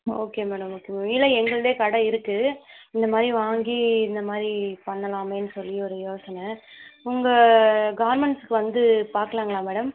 okay madam okay madam இல்லை எங்களுதே கடை இருக்குது இந்தமாதிரி வாங்கி இந்தமாதிரி பண்ணலாமேன்னு சொல்லி ஒரு யோசனை உங்கள் கார்மெண்ட்ஸுக்கு வந்து பார்க்கலாங்களா மேடம்